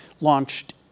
launched